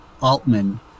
Altman